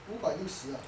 五百六十 ah